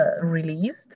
released